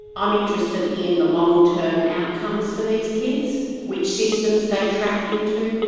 i'm interested in the long term outcomes for these kids, which systems they track into,